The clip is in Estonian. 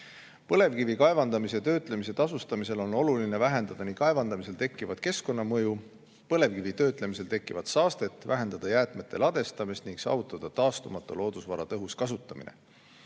Põlevkivi kaevandamisel ja töötlemisel [keskkonna]tasude [määramisel] on oluline vähendada kaevandamisel tekkivat keskkonnamõju, põlevkivi töötlemisel tekkivat saastet, vähendada jäätmete ladestamist ning saavutada taastumatu loodusvara tõhus kasutamine.